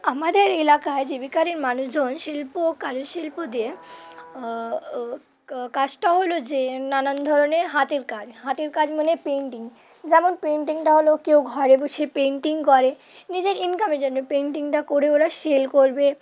আমাদের এলাকায় জীবিকারী মানুষজন শিল্প ও কারুশিল্প দিয়ে কাজটা হলো যে নানান ধরনের হাতের কাজ হাতের কাজ মানে পেন্টিং যেমন পেন্টিংটা হলো কেউ ঘরে বসে পেন্টিং করে নিজের ইনকামের জন্যে পেন্টিংটা করে ওরা সেল করবে